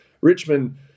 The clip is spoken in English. Richmond